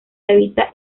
habita